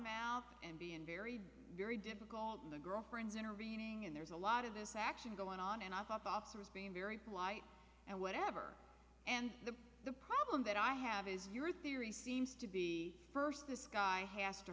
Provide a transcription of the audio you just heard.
mouth and being very very difficult in the girlfriend's intervening in there's a lot of this actually going on and off officers being very polite and whatever and the the problem that i have is your theory seems to be first this guy pasto